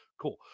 Cool